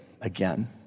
again